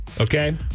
Okay